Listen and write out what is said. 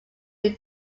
who